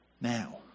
now